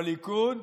בליכוד,